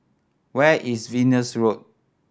where is Venus Road